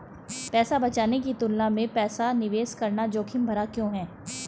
पैसा बचाने की तुलना में पैसा निवेश करना जोखिम भरा क्यों है?